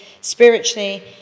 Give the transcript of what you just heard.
spiritually